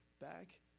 back